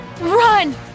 Run